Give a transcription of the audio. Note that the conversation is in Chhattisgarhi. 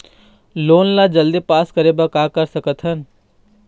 लोन ला जल्दी पास करे बर का कर सकथन?